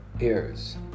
ears